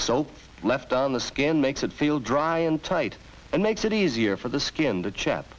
so left on the skin makes it feel dry and tight and makes it easier for the skin the cha